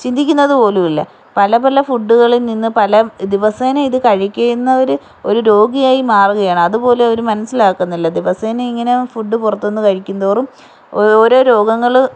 ചിന്തിക്കുന്നത് പോലുമില്ല പല പല ഫുഡ്ഡ്കളിൽ നിന്ന് പല ദിവസേന ഇത് കഴിക്കുന്നവർ ഒരു രോഗിയായി മാറുകയാണ് അത്പോലും അവർ മനസിലാകുന്നില്ല ദിവസേനെ ഇങ്ങനെ ഫുഡ്ഡ് പുറത്തൂന്ന് കഴിക്കുന്തോറും ഓരോ രോഗങ്ങൾ